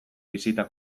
bisita